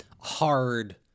hard